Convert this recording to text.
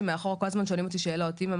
מאחורה כל הזמן שואלים אותי שאלות "אמא,